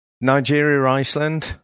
Nigeria-Iceland